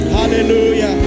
hallelujah